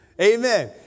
Amen